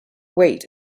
wait